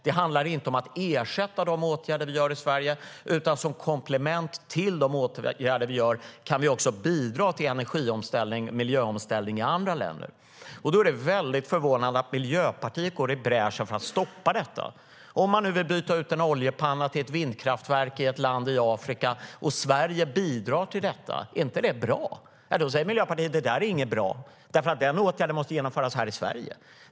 Det handlar inte om att ersätta de åtgärder vi gör i Sverige utan om att vi som ett komplement till de åtgärder vi gör kan bidra till energi och miljöomställning i andra länder. Då är det väldigt förvånande att Miljöpartiet går i bräschen för att stoppa detta. Är det inte bra om man vill byta ut en oljepanna till ett vindkraftverk i ett land i Afrika och att Sverige bidrar till detta? Då säger Miljöpartiet: Det där är inte bra, därför att den åtgärden måste genomföras här i Sverige.